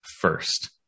first